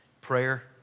prayer